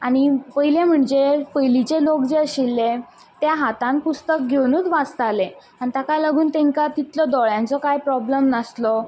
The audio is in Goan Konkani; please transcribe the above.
आनी पयलें म्हणजे पयलीचे लोक जे आशिल्ले ते हातांन पुस्तक घेवनच वाचताले आनी तेका लागून तेंका तितलोय कांय दोळ्यांचो प्रोब्लेम नासलो